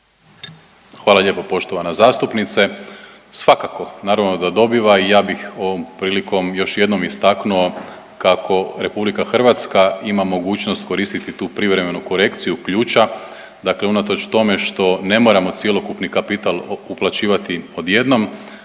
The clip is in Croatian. Hvala lijepo poštovana zastupnice. Svakako, naravno da dobiva i ja bih ovom prilikom još jednom istaknuo kako RH ima mogućnost koristiti tu privremenu korekciju ključa, dakle unatoč tome što ne moramo cijeli kapital uplaćivati odjednom